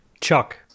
Chuck